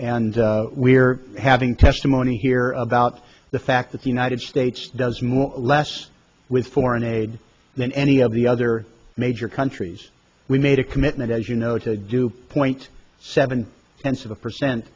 and we're having testimony here about the fact that the united states does more or less with foreign aid than any of the other major countries we made a commitment as you know to do point seven tenths of a percent